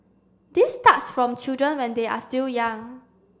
this starts from children when they are still young